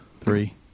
three